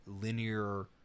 linear